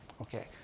Okay